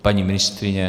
Paní ministryně?